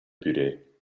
puree